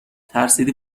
ترسیدی